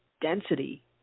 density